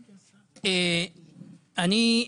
אני,